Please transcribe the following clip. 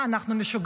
מה, אנחנו משוגעים?